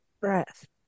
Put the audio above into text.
breath